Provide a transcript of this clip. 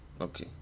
Okay